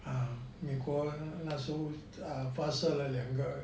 啊美国那时候发射了两个